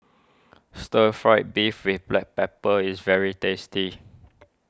Stir Fry Beef with Black Pepper is very tasty